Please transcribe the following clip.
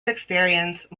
experience